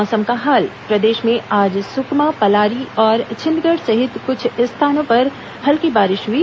मौसम प्रदेश में आज सुकमा पलारी और छिंदगढ़ सहित कुछ स्थानों पर हल्की बारिश हई